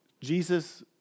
Jesus